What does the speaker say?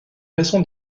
raison